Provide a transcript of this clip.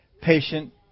patient